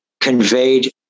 conveyed